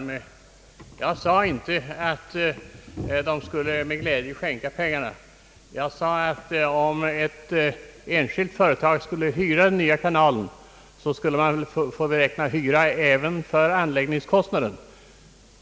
Herr talman! Nej, herr Palme, jag sade inte att man med glädje skulle skänka bort pengarna. Jag sade att man, om ett enskilt företag ville hyra den nya kanalen, skulle beräkna hyra även för anläggningskostnaden.